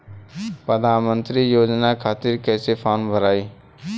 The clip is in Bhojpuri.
प्रधानमंत्री योजना खातिर कैसे फार्म भराई?